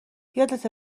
یادته